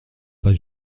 pas